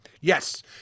Yes